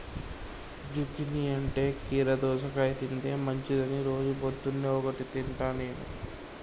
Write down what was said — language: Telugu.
జుకీనీ అంటే కీరా దోసకాయ తింటే మంచిదని రోజు పొద్దున్న ఒక్కటి తింటా నేను